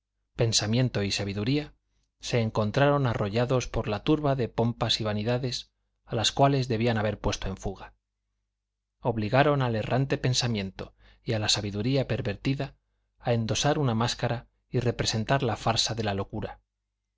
pensamiento y sabiduría se encontraron arrollados por la turba de pompas y vanidades a las cuales debían haber puesto en fuga obligaron al errante pensamiento y a la sabiduría pervertida a endosar una máscara y representar la farsa de la locura